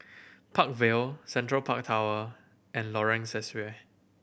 Park Vale Central Park Tower and Lorong Sesuai